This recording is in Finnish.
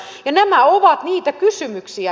nämä ovat niitä kysymyksiä